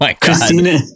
Christina